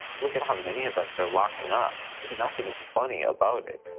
look at how many of us they're locking up. there's nothing funny about it.